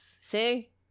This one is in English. See